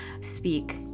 speak